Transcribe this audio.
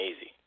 easy